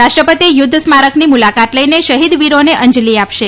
રાષ્ટ્રપતિ યુદ્ધ સ્મારકની મુલાકાત લઈને શહિદ વિરોને અંજલી આપશે